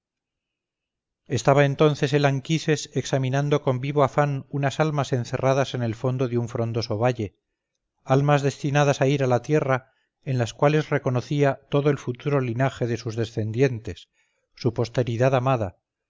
estaba entonces el anquises examinando con vivo afán unas almas encerradas en el fondo de un frondoso valle almas destinadas a ir a la tierra en las cuales reconocía todo el futuro linaje de sus descendentes su posteridad amada